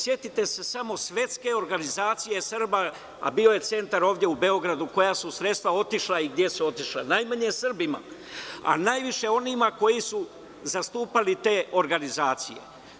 Setite se samo Svetske organizacije Srba, a bio je centar ovde u Beogradu, koja su sredstva otišla i gde su otišla, najmanje Srbima, a najviše onima koji su zastupali te organizacije.